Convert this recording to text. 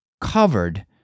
covered